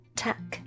tuck